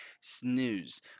snooze